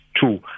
two